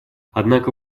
однако